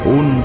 un